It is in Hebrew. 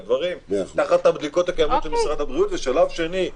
תחת הבדיקות הקיימות של משרד הבריאות; ושלב שני,